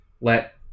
let